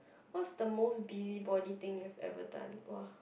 what's the most busybody thing you have ever done !wah!